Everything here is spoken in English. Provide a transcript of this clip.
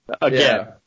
again